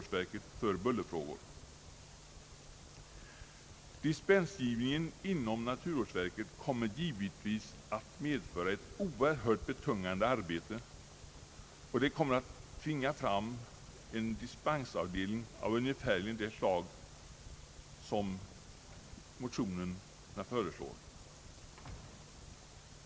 Där föreslås inrättande dels av Dispensgivningen inom naturvårdsverket kommer givetvis att medföra ett oerhört betungande arbete, och det kommer att tvinga fram en dispensavdelning av ungefärligen det slag som motionerna föreslår.